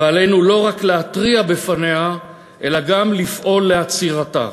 ועלינו לא רק להתריע מפניה אלא גם לפעול לעצירתה.